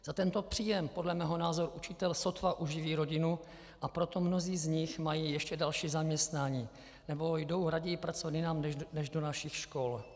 Za tento příjem podle mého názoru učitel sotva uživí rodinu, a proto mnozí z nich mají ještě další zaměstnání nebo jdou raději pracovat jinam než do našich škol.